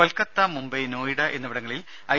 കൊൽക്കത്ത മുംബൈ നോയിഡ എന്നിവിടങ്ങളിൽ ഐ